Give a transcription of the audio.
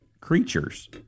creatures